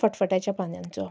फटफट्यांच्या पानांचो